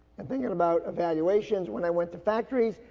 and thinking about evaluations, when i went to factories,